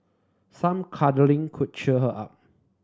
some cuddling could cheer her up